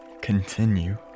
continue